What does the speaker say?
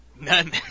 None